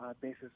basis